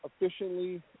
efficiently